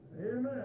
Amen